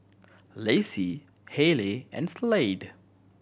Lassie Hayley and Slade